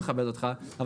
אני מכבד אותך מאוד,